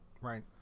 Right